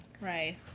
Right